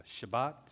Shabbat